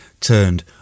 Turned